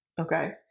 Okay